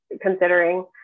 considering